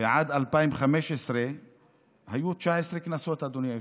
ועד 2015 היו 19 כנסות, אדוני היושב-ראש,